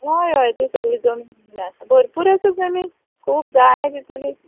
हय हय ती सगली जमीन आसा भरपूर आसा जमीन खूब जाय तितुली